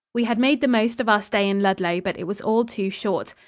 we had made the most of our stay in ludlow, but it was all too short.